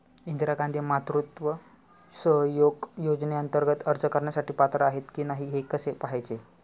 इंदिरा गांधी मातृत्व सहयोग योजनेअंतर्गत अर्ज करण्यासाठी पात्र आहे की नाही हे कसे पाहायचे?